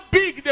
big